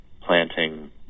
planting